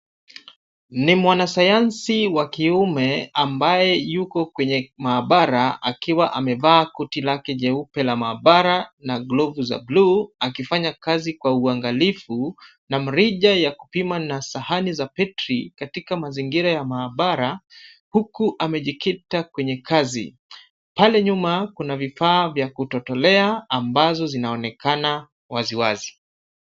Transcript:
Ni mwanasayansi wa kiume ambaye yuko kwenye maabara akiwa amevaa koti lake jeupe la maabara na glovu za blue akifanya kazi kwa uangalifu na mrija ya kupima na sahani za petri katika mazingira ya maabara huku amejikita kwenye kazi. Pale nyuma kuna vifaa vya kutotolea ambazo zinaonekana wazi wazi.